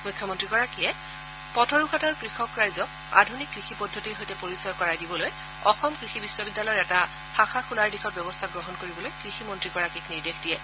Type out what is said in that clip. মুখ্যমন্ত্ৰীগৰাকীয়ে পথৰুঘাটৰ কৃষক ৰাইজক আধুনিক কৃষি পদ্ধতিৰ সৈতে পৰিচয় কৰাই দিবলৈ অসম কৃষি বিশ্ববিদ্যালয়ৰ এটা শাখা খোলাৰ দিশত ব্যৱস্থা গ্ৰহণ কৰিবলৈ কৃষি মন্ত্ৰীগৰাকীক নিৰ্দেশ দিয়ে